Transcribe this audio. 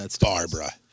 Barbara